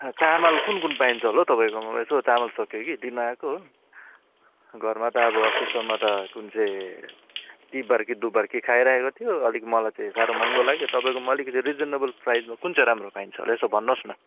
चामल कुन कुन पाइन्छ होला हौ तपाईँकोमा यसो चामल सकियो कि लिनु आएको हो घरमा त अब अस्तिसम्म त कुन चाहिँ तिबार कि दुबर के खाइरहेको थियो अलिक मलाई चाहिँ साह्रो महँगो लाग्यो तपाईँकोमा अलिकति रिजनेबल प्राइजमा कुन चाहिँ राम्रो पाइन्छ होला यसो भन्नु होस् न